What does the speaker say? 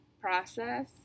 process